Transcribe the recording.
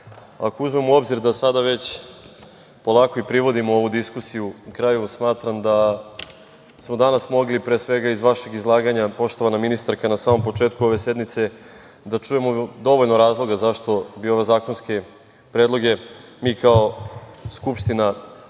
ako uzmemo u obzir da sada već polako privodimo ovu diskusiju kraju, smatram da smo danas mogli pre svega iz vašeg izlaganja poštovana ministarka, na samom početku ove sednice da čujemo dovoljno razloga zašto bi ove zakonske predloge mi kao Skupština morali